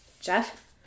Jeff